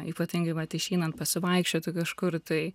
ypatingai vat išeinant pasivaikščioti kažkur tai